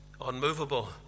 unmovable